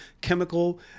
chemical